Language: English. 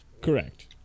Correct